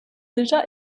déjà